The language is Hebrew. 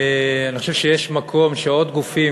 אני חושב שיש מקום שעוד גופים,